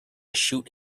shoot